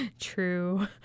True